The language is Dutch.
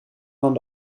van